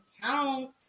count